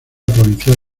provincial